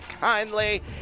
kindly